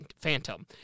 Phantom